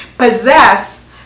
possess